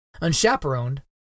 Unchaperoned